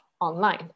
online